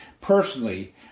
personally